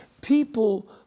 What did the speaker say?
People